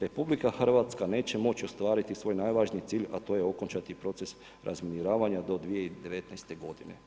RH neće moći ostvariti svoj najvažniji cilj, a to je okončati proces razminiravanja do 2019. godine.